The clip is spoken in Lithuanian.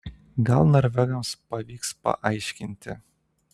gal norvegams pavyks paaiškinti